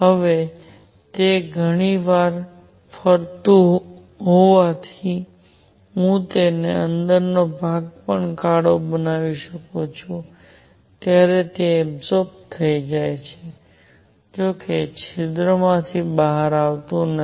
હવે તે ઘણી વાર ફરતું હોવાથી હું તેને અંદર કાળો પણ બનાવી શકું છું ત્યારે તે એબ્સૉર્બ થઈ જાય છે જો કે તે છિદ્રમાંથી બહાર આવતું નથી